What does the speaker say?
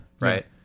Right